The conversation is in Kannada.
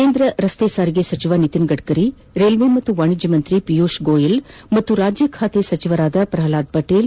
ಕೇಂದ್ರ ರಸ್ತೆ ಸಾರಿಗೆ ಸಚಿವ ನಿತಿನ್ ಗಡ್ಕರಿ ರೈಲ್ವೆ ಮತ್ತು ವಾಣಿಜ್ಯ ಸಚಿವ ಪಿಯೂಷ್ ಗೋಯಲ್ ಮತ್ತು ರಾಜ್ಯ ಖಾತೆ ಸಚಿವರಾದ ಪ್ರಹ್ಲಾದ್ ಪಟೇಲ್